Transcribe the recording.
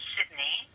Sydney